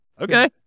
Okay